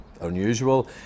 unusual